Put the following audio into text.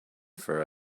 for